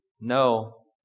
No